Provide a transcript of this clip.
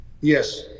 yes